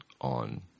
on